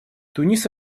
тунис